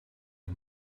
het